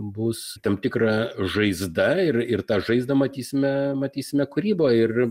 bus tam tikra žaizda ir ir tą žaizdą matysime matysime kūryboj ir